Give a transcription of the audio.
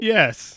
Yes